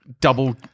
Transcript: double